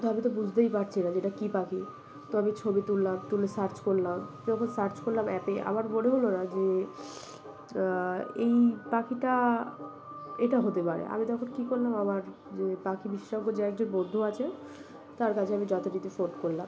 তো আমি তো বুঝতেই পারছি না যে এটা কী পাখি তো আমি ছবি তুললাম তুলে সার্চ করলাম যখন সার্চ করলাম অ্যাপে আবার মনে হলো না যে এই পাখিটা এটা হতে পারে আমি তখন কী করলাম আার যে পাখি বিশেষজ্ঞ যে একজন বন্ধু আছে তার কাছে আমি যথাারতি ফোন করলাম